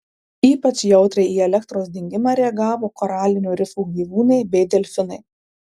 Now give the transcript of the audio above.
ypač jautriai į elektros dingimą reagavo koralinių rifų gyvūnai bei delfinai